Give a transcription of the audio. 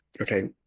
okay